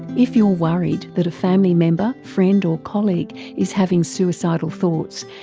if you're worried that a family member, friend or colleague is having suicidal thoughts,